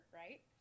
right